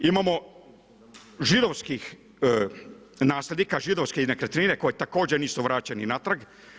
Imamo židovskih nasljednika, židovske nekretnine koje također nisu vraćene natrag.